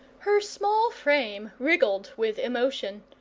her small frame wriggled with emotion,